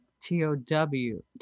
t-o-w